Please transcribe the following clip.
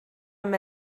amb